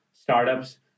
startups